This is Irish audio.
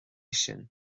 sin